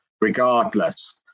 regardless